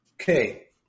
Okay